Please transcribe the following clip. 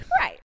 Right